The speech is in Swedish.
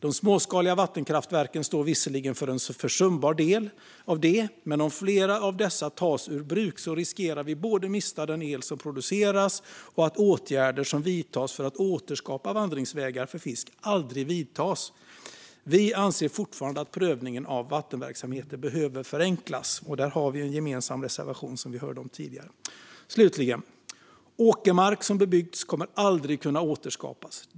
De småskaliga vattenkraftverken står visserligen för en försumbar del av detta, men om flera av dessa tas ur bruk riskerar vi både att mista den el som produceras och att åtgärder som ska vidtas för att återskapa vandringsvägar för fisk aldrig vidtas. Centerpartiet anser fortfarande att prövningen av vattenverksamheten behöver förenklas, och här finns det som sagt en gemensam reservation. Åkermark som bebyggts kommer aldrig att kunna återskapas.